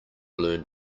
learn